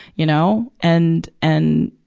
you know? and, and,